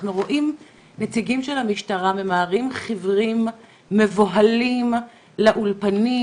אנחנו רואים נציגים של המשטרה ממהרים חיוורים ומבוהלים לאופנים,